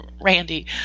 Randy